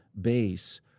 base